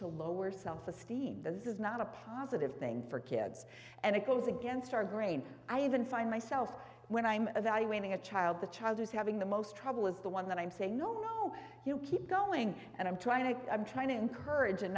to lower self esteem this is not a positive thing for kids and it goes against our grain i even find myself when i'm evaluating a child the child who's having the most trouble is the one that i'm saying no no you keep going and i'm trying to i'm trying to encourage and